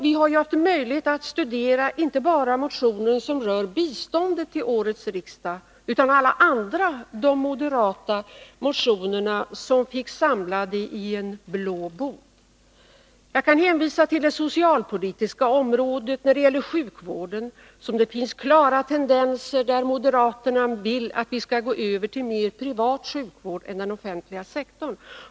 Vi har ju haft möjlighet att studera inte bara motioner som rör bistånd till årets riksdag utan alla de andra moderata motioner som finns samlade i en blå bok. Jag kan hänvisa till det socialpolitiska området, exempelvis sjukvården, där det finns klara tendenser till att moderaterna vill att vi skall gå över till mer privat sjukvård — i stället för att satsa på den offentliga sektorn.